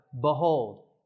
behold